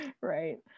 right